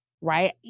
Right